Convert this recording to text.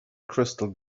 crystal